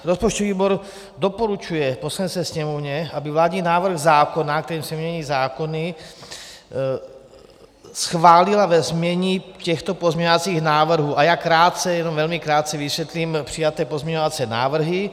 Rozpočtový výbor doporučuje Poslanecké sněmovně, aby vládní návrh zákona, kterým se mění zákony, schválila ve znění těchto pozměňovacích návrhů a já krátce, jenom velmi krátce vysvětlím přijaté pozměňovací návrhy: